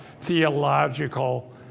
theological